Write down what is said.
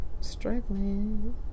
struggling